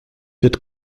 wird